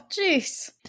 jeez